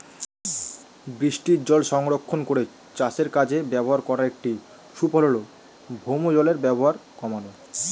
বৃষ্টিজল সংরক্ষণ করে চাষের কাজে ব্যবহার করার একটি সুফল হল ভৌমজলের ব্যবহার কমানো